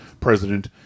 president